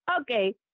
okay